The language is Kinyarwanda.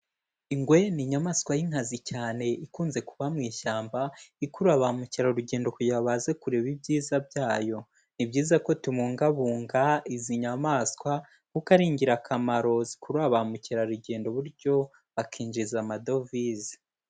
Ingwe ni inyamaswa y'inkazi cyane ikunze kuba mu ishyamba ikurura bamukerarugendo kugira baze kureba ibyiza byayo. Ni byiza ko tubungabunga izi nyamaswa kuko ari ingirakamaro zikurura ba mukerarugendo gutyo bakinjiza amadovize.